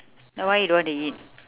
then why you don't want to eat